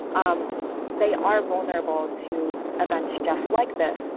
um they are vulnerable to events just like this.